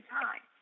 time